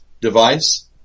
device